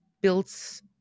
builds